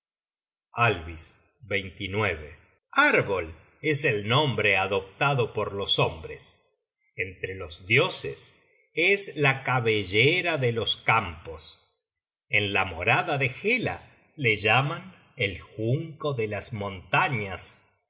tierra alvis arbol es el nombre adoptado por los hombres entre los dioses es la cabellera de los campos en la morada de hela le llaman el junco de las montañas